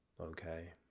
Okay